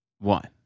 One